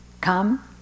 come